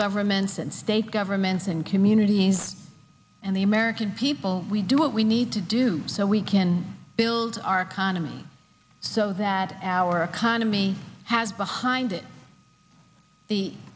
governments and state governments and communities and the american people we do what we need to do so we can build our economy so that our economy has behind it the